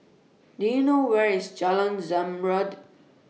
Do YOU know Where IS Jalan Zamrud